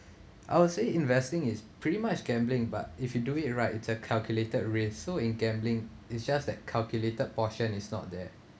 I would say investing is pretty much gambling but if you do it right it's a calculated risk so in gambling it's just that calculated portion is not there